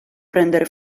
prendere